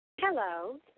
Hello